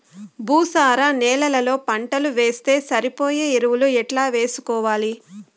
భూసార నేలలో పంటలు వేస్తే సరిపోయే ఎరువులు ఎట్లా వేసుకోవాలి?